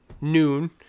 noon